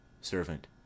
Servant